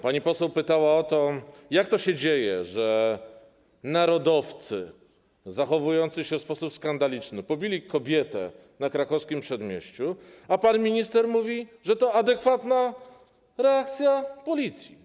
Pani poseł pytała o to, jak to się dzieje, że narodowcy zachowujący się w sposób skandaliczny pobili kobietę na Krakowskim Przedmieściu, a pan minister mówi, że to adekwatna reakcja Policji.